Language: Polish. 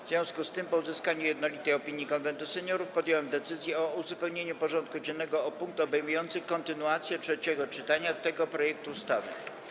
W związku z tym, po uzyskaniu jednolitej opinii Konwentu Seniorów, podjąłem decyzję o uzupełnieniu porządku dziennego o punkt obejmujący kontynuację trzeciego czytania tego projektu ustawy.